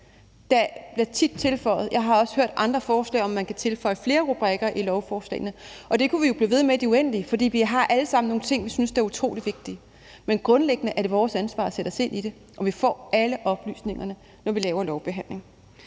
Det giver bureaukrati. Jeg har også hørt andre forslag om, om man kan tilføje flere rubrikker i lovforslagene, og det kunne vi jo blive ved med i det uendelig, for vi har alle sammen nogle ting, vi synes er utrolig vigtige. Men grundlæggende er det vores ansvar at sætte os ind i det, og vi får alle oplysningerne, når vi laver lovbehandling.